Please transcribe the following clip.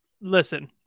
listen